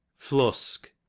Flusk